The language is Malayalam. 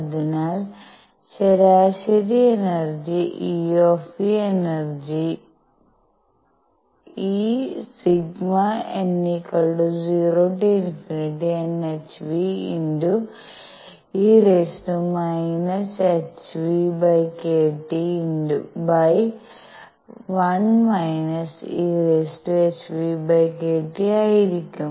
അതിനാൽ ശരാശരി energy Eν energy ∑∞ₙ₌₀nhve⁻ⁿʰᵛᴷᵀ1 eʰᵛᴷᵀ ആയിരിക്കും